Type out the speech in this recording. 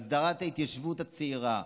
הסדרת ההתיישבות הצעירה,